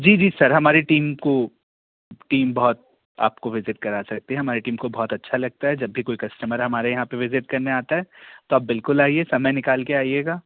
जी जी सर हमारी टीम को टीम बहुत आपको विज़िट करा सकते हैं हमारी टीम को बहुत अच्छा लगता है जब भी कोई कस्टमर हमारे यहाँ पर विज़िट करने आता है तो आप बिल्कुल आइए समय निकाल के आएगा